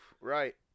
Right